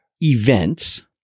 events